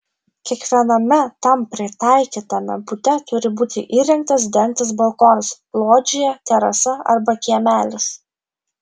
kiekviename tam pritaikytame bute turi būti įrengtas dengtas balkonas lodžija terasa arba kiemelis